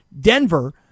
Denver